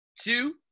Two